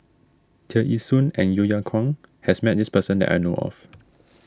Tear Ee Soon and Yeo Yeow Kwang has met this person that I know of